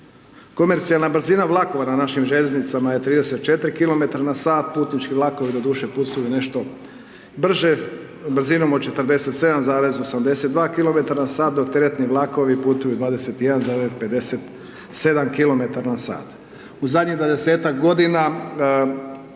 Komercijalna brzina vlakova na našim željeznicama je 34 km na sat, putnički vlakovi doduše putuju nešto brže, brzinom od 47,82km dok teretni vlakovi putuju 21,57km na sat. U zadnjih 20-ak godina